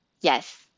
yes